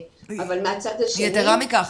יתרה מכך,